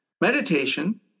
Meditation